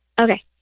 Okay